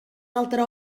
altre